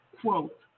quote